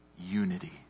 unity